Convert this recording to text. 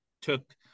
took